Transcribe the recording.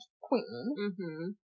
queen